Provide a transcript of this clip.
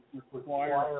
Require